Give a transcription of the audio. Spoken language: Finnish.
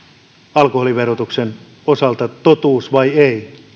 alkoholiverotuksen osalta totuus vai ei